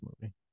movie